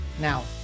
Now